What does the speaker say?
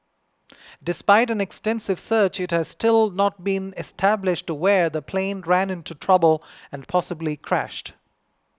despite an extensive search it has still not been established where the plane ran into trouble and possibly crashed